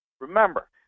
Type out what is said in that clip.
remember